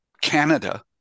Canada